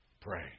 Pray